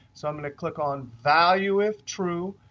so i'm going to click on value if true.